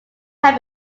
time